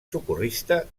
socorrista